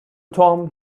توم